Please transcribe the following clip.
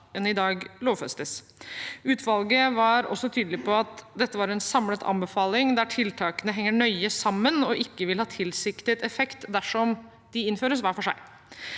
enn i dag lovfestes. Utvalget var også tydelig på at dette er en samlet anbefaling, der tiltakene henger nøye sammen og ikke vil ha tilsiktet effekt dersom de innføres hver for seg.